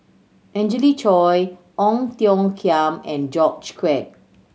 Angelina Choy Ong Tiong Khiam and George Quek